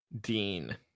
dean